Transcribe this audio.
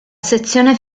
sezione